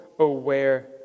aware